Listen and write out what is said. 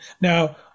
Now